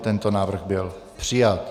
Tento návrh byl přijat.